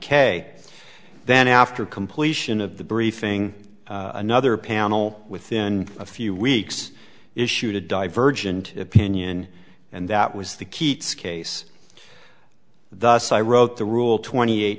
k then after completion of the briefing another panel within a few weeks issued a divergent opinion and that was the keats case thus i wrote the rule twenty eight